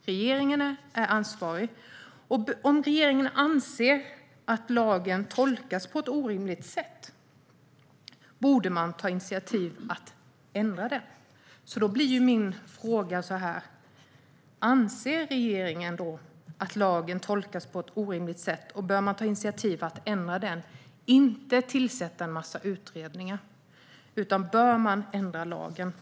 Regeringen är ansvarig, och om regeringen anser att lagen tolkas på ett orimligt sätt borde man ta initiativ till att ändra den. Min fråga är därför: Anser regeringen att lagen tolkas på ett orimligt sätt, och bör man ta initiativ till att ändra den - alltså inte tillsätta en massa utredningar utan ändra lagen?